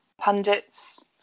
pundits